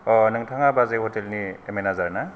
नोंथाङा बाजै हतेलनि मेनाजार ना